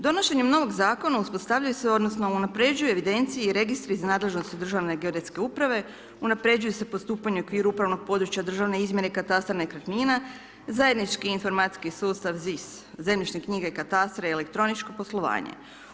Donošenjem novog zakona uspostavljaju se odnosno unaprjeđuju registri za nadležnost državne geodetske uprave, unaprjeđuje se postupanje u okviru upravnog područja državne izmjene i katastra nekretnina, zajednički informacijski sustav ZIS, zemljišne knjige, katastra i elektroničko poslovanje.